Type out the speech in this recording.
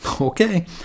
Okay